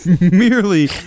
merely